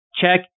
check